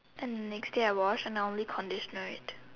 and the next day I wash and I only conditioner it